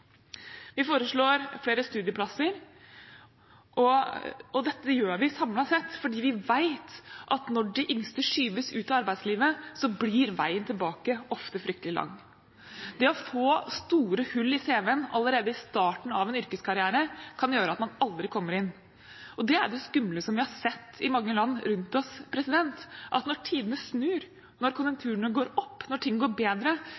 Vi foreslår flere studieplasser. Dette gjør vi, samlet sett, fordi vi vet at når de yngste skyves ut av arbeidslivet, blir veien tilbake ofte fryktelig lang. Det å få store hull i CV-en allerede i starten av en yrkeskarriere kan gjøre at man aldri kommer inn igjen. Det skumle som vi har sett i mange land rundt oss, er at når tidene snur, når konjunkturene går opp, når ting går bedre,